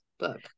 Book